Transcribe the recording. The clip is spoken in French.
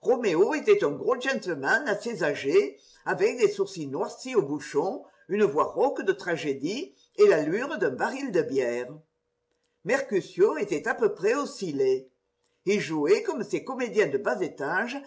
roméo était un gros gentleman assez âgé avec des sourcils noircis au bouchon une voix rauque de tragédie et l'allure d'un baril de bière mercutio était à peu près aussi laid il jouait comme ces comédiens de bas étage